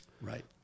Right